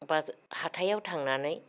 बाजार हाथायाव थांनानै